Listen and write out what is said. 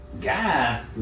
guy